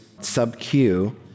sub-Q